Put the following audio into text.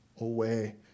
away